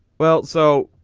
well so.